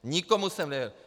Nikomu jsem ne.